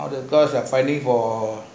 all worker are finding for